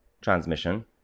transmission